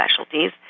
specialties